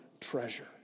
treasure